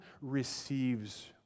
receives